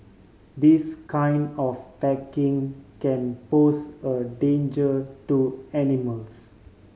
this kind of packaging can pose a danger to animals